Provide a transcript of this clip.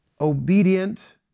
obedient